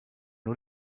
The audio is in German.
nur